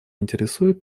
интересует